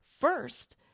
first